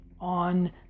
on